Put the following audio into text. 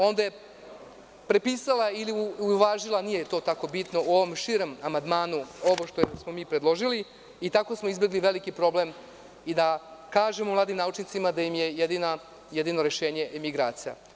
Onda je prepisala ili uvažila, nije tako bitno, u širem amandmanu, kakav smo mi predložili, i tako smo izbegli veliki problem, da kažem mladim naučnicima da im je jedino rešenje emigracija.